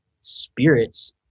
spirits